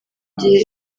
gihe